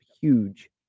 huge